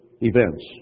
events